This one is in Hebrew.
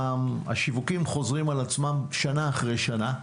השיווקים חוזרים על עצמם שנה אחרי שנה.